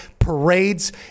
Parades